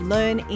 Learn